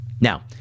Now